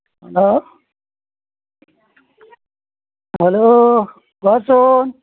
hello hello কোৱাচোন